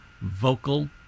vocal